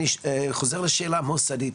אני חוזר לשאלה המוסדית,